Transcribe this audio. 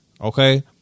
Okay